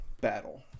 battle